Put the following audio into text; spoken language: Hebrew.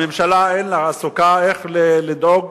הממשלה עסוקה בלדאוג